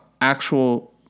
actual